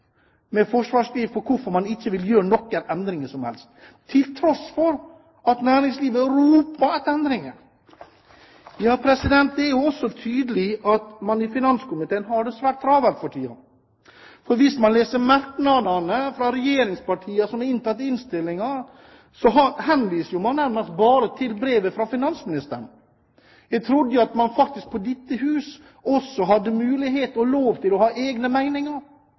med forsvarsskriv for hvorfor man ikke vil gjøre noen som helst endringer, til tross for at næringslivet roper etter endringer. Det er også tydelig at man har det svært travelt i finanskomiteen for tiden. For hvis man leser merknadene fra regjeringspartiene i innstillingen, henviser man nærmest bare til brevet fra finansministeren. Jeg trodde faktisk at man i dette hus også hadde mulighet og lov til å ha egne